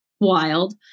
wild